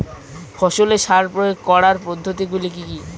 ফসলে সার প্রয়োগ করার পদ্ধতি গুলি কি কী?